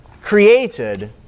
created